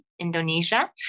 Indonesia